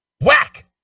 whack